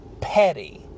petty